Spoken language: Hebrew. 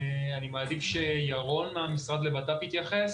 אני מעדיף שירון מהמשרד לביטחון פנים יתייחס.